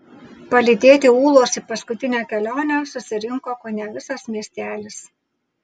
palydėti ūlos į paskutinę kelionę susirinko kone visas miestelis